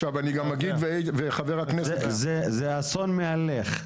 זה אסון מהלך.